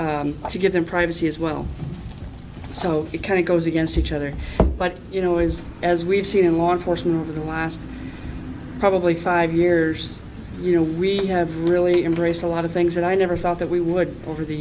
give them privacy as well so it kind of goes against each other but you know is as we've seen in law enforcement over the last probably five years you know we have really embraced a lot of things that i never thought that we would over the